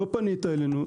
לא פנית אלינו.